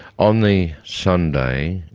on the sunday,